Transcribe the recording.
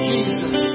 Jesus